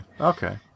Okay